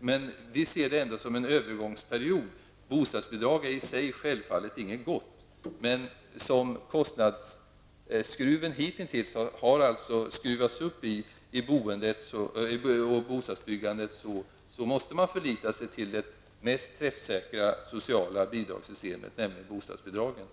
Men vi ser det ändå som en övergångsperiod. Bostadsbidrag är självfallet i sig inget gott, men som kostnadsskruven hittills har skruvats upp i boendet och bostadsbyggandet måste man förlita sig till det mest träffsäkra sociala bidragssystemet, i detta fall bostadsbidragen.